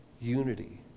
unity